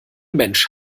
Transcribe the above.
mensch